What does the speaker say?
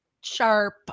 sharp